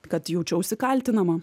kad jaučiausi kaltinama